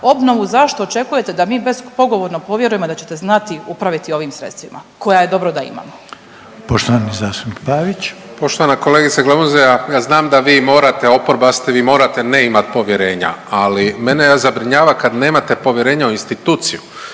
obnovu zašto očekujete da mi bespogovorno povjerujemo da ćete znati upraviti ovim sredstvima koja je dobro da imamo. **Reiner, Željko (HDZ)** Poštovani zastupnik Pavić. **Pavić, Marko (HDZ)** Poštovana kolegice Glamuzina, ja znam da vi morate oporba ste, vi morate ne imati povjerenja. Ali mene zabrinjava kad nemate povjerenja u instituciju